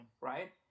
right